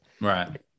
Right